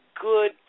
good